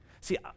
See